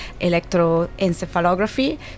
electroencephalography